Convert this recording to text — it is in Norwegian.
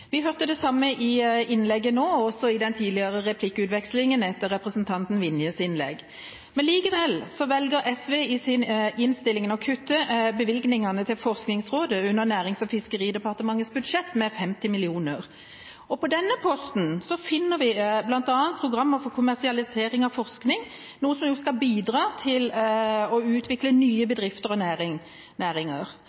Vi hørte det samme i innlegget nå, og også i den tidligere replikkvekslingen etter representanten Vinjes innlegg. Men likevel velger SV i innstillingen å kutte bevilgningene til Forskningsrådet under Nærings- og fiskeridepartementets budsjett med 50 mill. kr. På denne posten finner vi bl.a. programmet for kommersialisering av forskningsresultater, noe som jo skal bidra til å utvikle nye bedrifter og næringer.